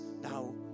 Now